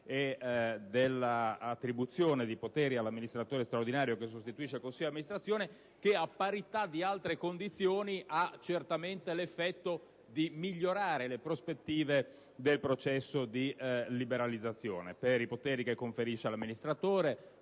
e dell'attribuzione di poteri all'amministratore straordinario che sostituisce il consiglio di amministrazione, che, a parità di altre condizioni, ha certamente l'effetto di migliorare le prospettive del processo di liberalizzazione per i poteri che conferisce all'amministratore,